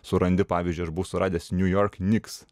surandi pavyzdžiui aš buvau suradęs new york knicks